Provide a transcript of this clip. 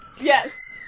Yes